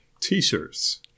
t-shirts